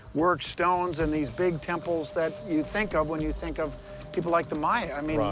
worked stones and these big temples that you think of when you think of people like the maya. i mean,